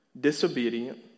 disobedient